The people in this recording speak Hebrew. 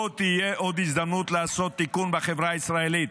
לא תהיה עוד הזדמנות לעשות תיקון בחברה הישראלית.